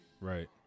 Right